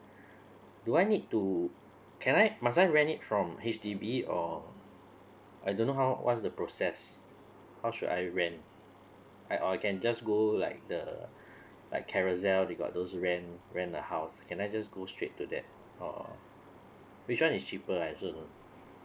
do I need to can I must I rent it from H_D_B or I don't know how what's the process how should I rent or I can just go like the like carousel they got those rent rent a house can I just go straight to that uh which one is cheaper